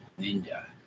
ninja